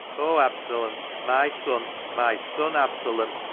o absalom! my son! my son absalom!